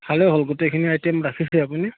ভালেই হ'ল গোটেইখিনি আইটেম ৰাখিছে আপুনি